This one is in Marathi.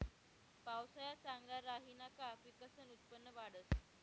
पावसाया चांगला राहिना का पिकसनं उत्पन्न वाढंस